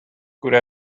could